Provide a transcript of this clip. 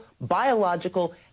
biological